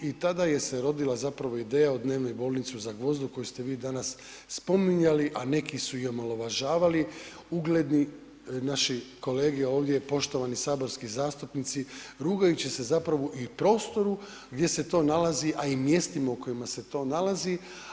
I tada je se rodila zapravo ideja o dnevnoj bolnici u Zagvozdu koju ste vi danas spominjali a neki su i omalovažavali, ugledni naši kolege ovdje poštovani saborski zastupnici rugajući se zapravo i prostoru gdje se to nalazi a i mjestima u kojima se to nalazi.